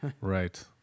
Right